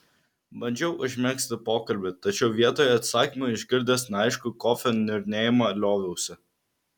bandžiau užmegzti pokalbį tačiau vietoje atsakymų išgirdęs neaiškų kofio niurnėjimą lioviausi